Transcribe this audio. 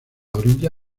orilla